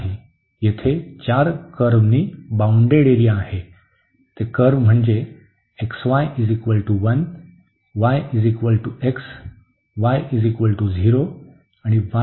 येथे चार कर्व्हनी बाउंडेड एरिया आहे ते कर्व्ह म्हणजे xy 1 y x y 0 आणि y 8 आहे